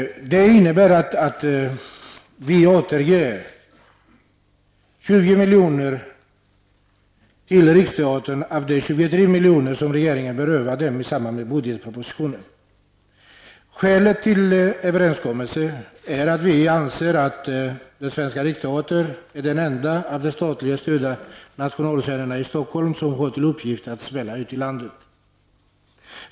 Den innebär att vi ger Riksteatern 20 miljoner åter av de 23 miljoner som regeringen berövade teatern i samband med budgetpropositionen. Skälet till överenskommelsen är att vi anser att Svenska riksteatern är den enda av de statligt stödda nationalscenerna i Stockholm som fått till uppgift att svälla ut i landet.